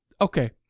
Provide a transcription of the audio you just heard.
okay